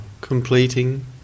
completing